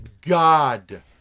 God